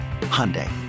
Hyundai